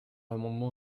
l’amendement